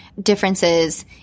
differences